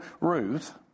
Ruth